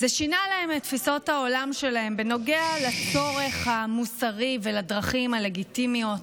שינה את תפיסות העולם שלהם בנוגע לצורך המוסרי ולדרכים הלגיטימיות